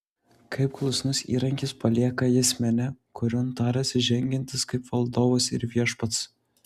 kaip klusnus įrankis palieka jis menę kurion tarėsi žengiantis kaip valdovas ir viešpats